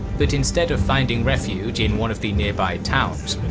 but instead of finding refuge in one of the nearby towns,